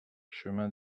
chemin